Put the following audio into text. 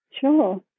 sure